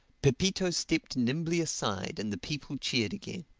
pepito stepped nimbly aside and the people cheered again.